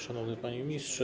Szanowny Panie Ministrze!